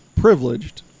privileged